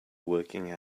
working